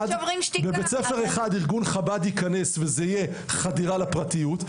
בבית ספר אחד ארגון חב"ד יכנס וזה יהיה חדירה לפרטיות.